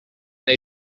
they